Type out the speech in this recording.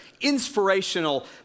inspirational